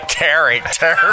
character